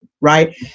right